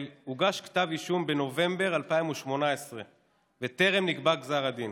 הוגש כתב אישום בנובמבר 2018 וטרם נקבע גזר הדין.